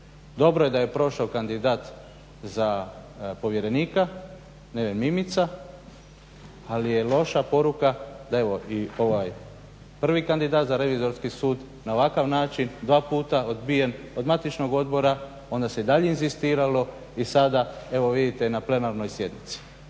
Dobro je da je prošao kandidat za povjerenika Neven Mimica, ali je loša poruka da je evo i ovaj prvi kandidat za Revizorski sud na ovakav način dva puta odbijen od matičnog odbora, onda se i dalje inzistiralo i sada evo vidite na plenarnoj sjednici.